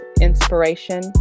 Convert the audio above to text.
inspiration